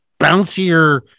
bouncier